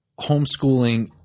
Homeschooling